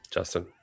Justin